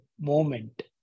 moment